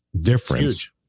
difference